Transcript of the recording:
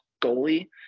goalie